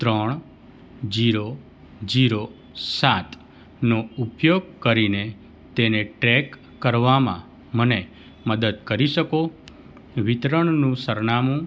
ત્રણ zero zero સાત નો ઉપયોગ કરીને તેને ટ્રેક કરવામાં મને મદદ કરી શકો વિતરણનું સરનામું